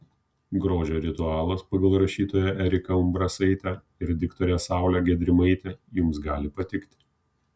grožio ritualas pagal rašytoją eriką umbrasaitę ir diktorę saulę gedrimaitę jums gali patikti